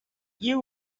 you